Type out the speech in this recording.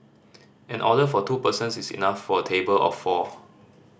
an order for two persons is enough for a table of four